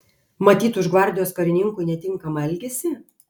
matyt už gvardijos karininkui netinkamą elgesį